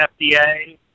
FDA